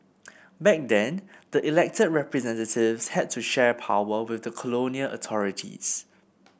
back then the elected representatives had to share power with the colonial authorities